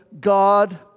God